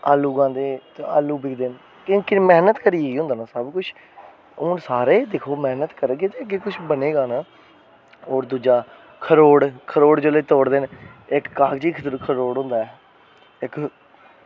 आलू उगांदे ते आलू बिकदे की के मैह्नत करियै होंदा ना सबकिश हून दिक्खो सारे मैह्नत करगे ते अग्गें किश बनेगा ना होर दूजा खरोट खरोट जेल्लै तोड़दे न इक्क कागज़ी खरोट होंदा इक्क